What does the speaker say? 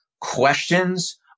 questions